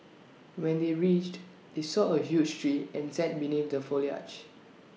when they reached they saw A huge tree and sat beneath the foliage